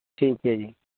ਠੀਕ ਹੈ ਜੀ